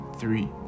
Three